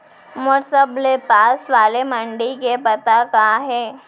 मोर सबले पास वाले मण्डी के पता का हे?